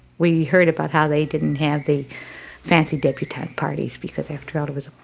we heard about how they didn't have the fancy debutante parties because after all it was